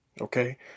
Okay